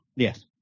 Yes